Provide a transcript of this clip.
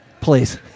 Please